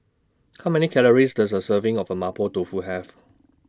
How Many Calories Does A Serving of Mapo Tofu Have